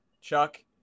Chuck